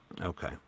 Okay